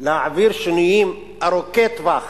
להעביר שינויים ארוכי טווח